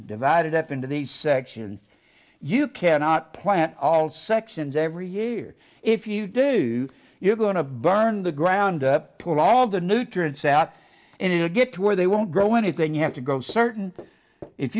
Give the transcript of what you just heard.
divided up into these sections you cannot plant all sections every year if you do you're going to burn the ground pool all the nutrients out in to get to where they won't grow anything you have to go certain if